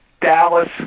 Dallas